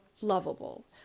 lovable